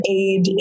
aid